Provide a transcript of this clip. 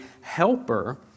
helper